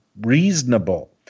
reasonable